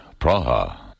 Praha